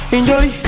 Enjoy